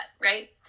right